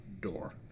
door